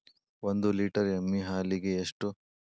ಒಂದು ಲೇಟರ್ ಎಮ್ಮಿ ಹಾಲಿಗೆ ಎಷ್ಟು?